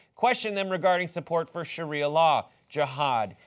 question them regarding support for sharia law, jihad,